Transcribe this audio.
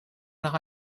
nach